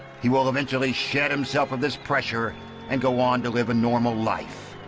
he will eventually shed himself of this pressure and go on to live a normal life,